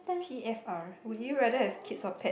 T_F_R would you rather have kid or pet